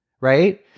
right